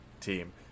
team